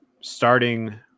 Starting